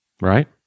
Right